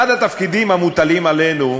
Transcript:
אחד התפקידים המוטלים עלינו,